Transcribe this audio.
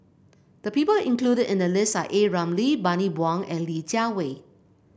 the people included in the list are A Ramli Bani Buang and Li Jiawei